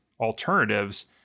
alternatives